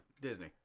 Disney